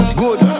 good